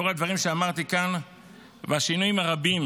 לאור הדברים שאמרתי כאן והשינויים הרבים